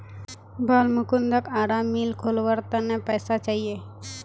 बालमुकुंदक आरा मिल खोलवार त न पैसा चाहिए